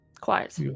Quiet